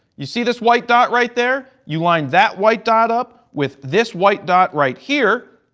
you see this white dot right there. you line that white dot up with this white dot right here.